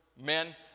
men